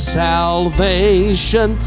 salvation